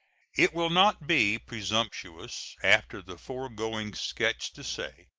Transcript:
it will not be presumptuous, after the foregoing sketch, to say,